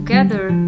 Together